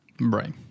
Right